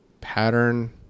pattern